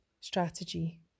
strategy